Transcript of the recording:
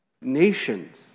Nations